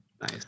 Nice